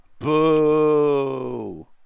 Boo